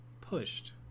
pushed